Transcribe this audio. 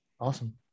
Awesome